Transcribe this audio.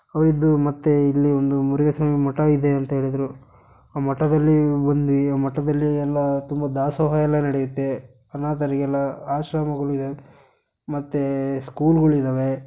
ಅವರಿದ್ದು ಮತ್ತೆ ಇಲ್ಲಿ ಒಂದು ಮುರುಘಾ ಸ್ವಾಮಿ ಮಠ ಇದೆ ಅಂತ ಹೇಳಿದರು ಆ ಮಠದಲ್ಲಿ ಬಂದು ಈ ಆ ಮಟದಲ್ಲಿ ಎಲ್ಲ ತುಂಬ ದಾಸೋಹ ಎಲ್ಲ ನಡೆಯುತ್ತೆ ಅನಾಥರಿಗೆಲ್ಲ ಆಶ್ರಮಗಳು ಇದಾವೆ ಮತ್ತು ಸ್ಕೂಲ್ಗಳು ಇದ್ದಾವೆ